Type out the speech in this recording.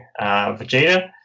Vegeta